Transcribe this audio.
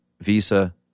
Visa